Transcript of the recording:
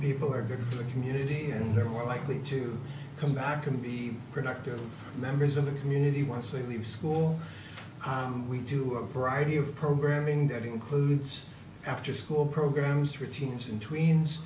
people are good for the community and there are more likely to come back and be productive members of the community once they leave school m we do a variety of programming that includes afterschool programs for teens and tw